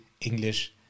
English